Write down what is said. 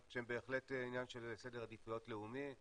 שהם בהחלט עניין של סדר עדיפויות לאומי,